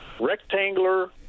rectangular